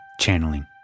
channeling